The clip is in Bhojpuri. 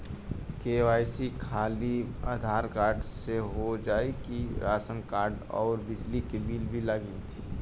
के.वाइ.सी खाली आधार कार्ड से हो जाए कि राशन कार्ड अउर बिजली बिल भी लगी?